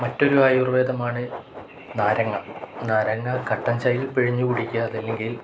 മറ്റൊരു ആയുർവേദമാണ് നാരങ്ങ നാരങ്ങ കട്ടൻ ചായയിൽ പിഴിഞ്ഞു കുടിക്കുക അതല്ലെങ്കിൽ